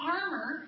armor